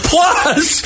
Plus